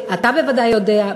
אתה בוודאי יודע,